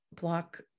block